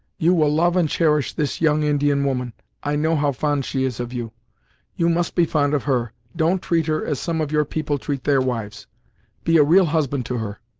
you will love and cherish this young indian woman i know how fond she is of you you must be fond of her. don't treat her as some of your people treat their wives be a real husband to her.